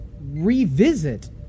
revisit